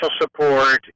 support